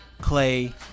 Clay